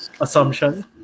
assumption